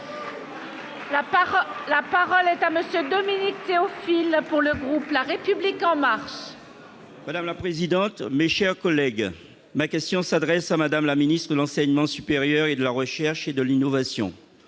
la parole est à monsieur Dominique Théophile pour le groupe, la République en mars. Madame la présidente, mes chers collègues, ma question s'adresse à Madame la ministre de l'enseignement supérieur et de la recherche et de l'innovation,